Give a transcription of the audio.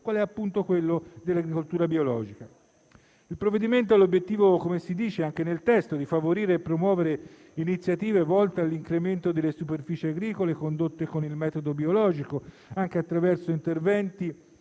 quale è appunto quello dell'agricoltura biologica. Il provvedimento ha l'obiettivo - come si dice anche nel testo - di favorire e promuovere iniziative volte all'incremento delle superfici agricole condotte con il metodo biologico, anche attraverso interventi